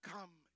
come